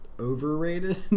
overrated